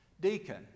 deacon